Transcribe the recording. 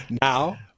Now